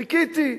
חיכיתי.